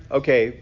okay